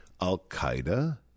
Al-Qaeda